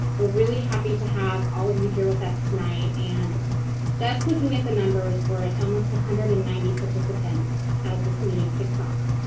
we're really happy to have all of you here with us tonight and just looking at the numbers, we're at almost one hundred and ninety participants as this meeting kicks off.